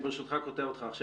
ברשותך, אני קוטע אותך עכשיו.